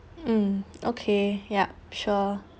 mm okay yup sure